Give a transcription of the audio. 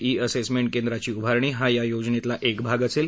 E assessment केंद्राची उभारणी हा या योजनेतला एक भाग असेल